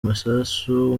masasu